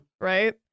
right